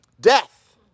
Death